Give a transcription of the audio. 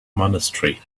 monastery